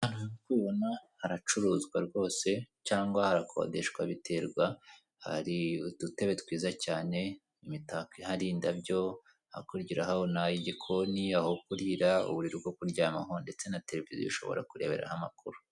Aha nk'uko ubibona haracuruzwa rwose cyangwa harakodeshwa biterwa hari udutebe twiza cyane imitako ihari indabyo hakurya urahabona igikoni, aho kurira, uburiri bwo kuryamaho ndetse na televiziyo ushobora kureberaho amakuru.